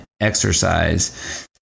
exercise